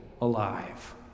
alive